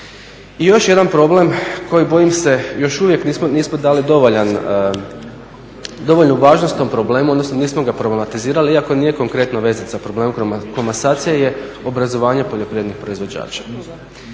I još jedan problem koji bojim se još uvijek nismo dali dovoljnu važnost tom problemu, odnosno nismo ga problematizirali iako nije konkretno veznica. Problem komasacije je obrazovanje poljoprivrednih proizvođača.